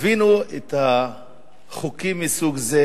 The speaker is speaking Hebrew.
חווינו את החוקים מסוג זה,